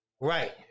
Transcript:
right